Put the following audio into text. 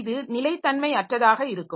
இது நிலைத்தன்மையற்றதாக இருக்கும்